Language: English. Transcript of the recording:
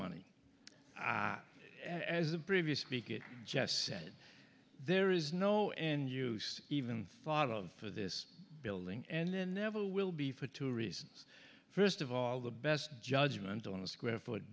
money as a previous speak it just said there is no in use even thought of for this building and then never will be for two reasons first of all the best judgment on the square foot